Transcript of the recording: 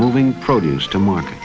moving produce to mark